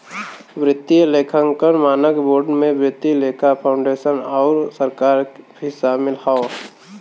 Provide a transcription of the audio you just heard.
वित्तीय लेखांकन मानक बोर्ड में वित्तीय लेखा फाउंडेशन आउर सरकार भी शामिल हौ